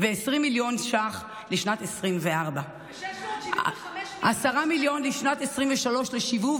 20 מיליון ש"ח לשנת 2024. 10 מיליון לשנת 2023 לשילוב